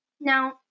Now